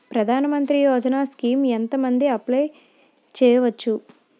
ప్రధాన మంత్రి యోజన స్కీమ్స్ ఎంత మంది అప్లయ్ చేసుకోవచ్చు?